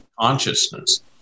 consciousness